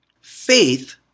Faith